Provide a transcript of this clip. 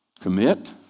commit